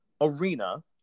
arena